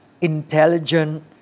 intelligent